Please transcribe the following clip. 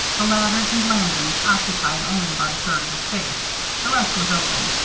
the ladders and landings occupied only about a third of the space the rest was open,